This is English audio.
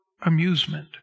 amusement